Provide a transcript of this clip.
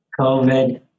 COVID